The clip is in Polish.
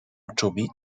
czubi